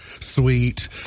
sweet